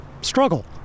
struggle